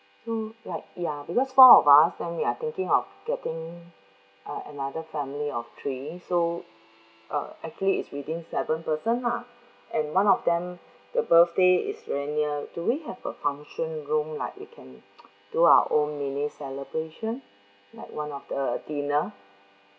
so right ya because five of us then we are thinking of getting uh another family of three so uh actually it's within seven person lah and one of them the birthday is very near do we have a function room like we can do our own mini celebration like one of the dinner